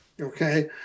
okay